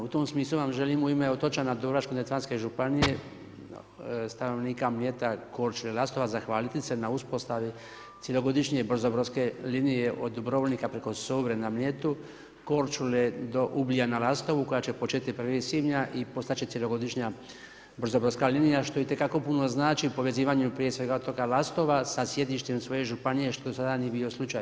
U tom smislu vam želim u ime otočana, Dubrovačko-neretvanske županije, stanovnika Mljeta, Korčule i Lastova zahvaliti se na uspostavi cjelogodišnje brzo-brodske linije od Dubrovnika preko Sovre na Mljetu, Korčule do Ugljana na Lastovu koja će početi 1. svibnja i postat će cjelogodišnja brzo-brodska linija što itekako puno znači, povezivanje prije svega otoka Lastova sa sjedištem svoje županije što sada nije bio slučaj.